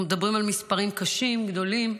אנחנו מדברים על מספרים קשים, גדולים.